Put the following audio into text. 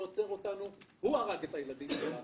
עוצר אותנו - זה מה שהרג את הילדים שלנו.